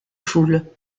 foules